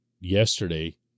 yesterday